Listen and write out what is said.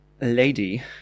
lady